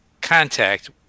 contact